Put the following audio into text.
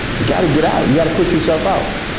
you gotta get out, you gotta push yourself out.